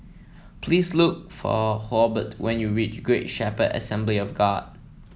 please look for Hobart when you reach Great Shepherd Assembly of God